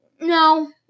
No